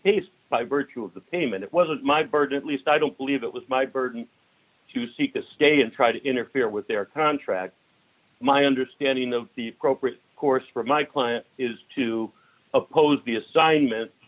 case by virtue of the payment it wasn't my bird at least i don't believe it was my burden to seek a stay and try to interfere with their contract my understanding of the appropriate course for my client is to oppose the assignment